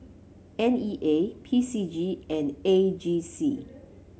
N E A P C G and A G C